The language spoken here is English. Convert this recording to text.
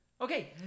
Okay